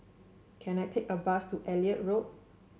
can I take a bus to Elliot Road